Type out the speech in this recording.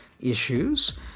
issues